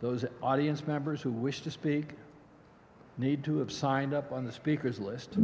those audience members who wish to speak need to have signed up on the speakers list